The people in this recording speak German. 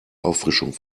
auffrischung